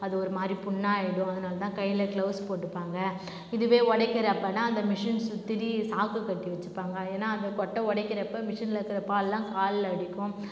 அது ஒரு மாதிரி புண்ணாக ஆகிடும் அதனால் தான் கையில் க்ளவ்ஸ் போட்டுப்பாங்க இதுவே உடைக்கிறப்பன்னா அந்த மிஷின் சுத்திடும் சாக்கு கட்டி வச்சுருப்பாங்க ஏன்னால் அது கொட்டை உடக்கிறப்ப மிஷினில் இருக்கிற பாலெலாம் காலில் அடிக்கும்